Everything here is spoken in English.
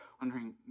wondering